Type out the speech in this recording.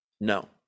No